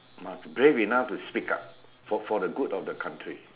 must brave enough to speak up for for the good of the country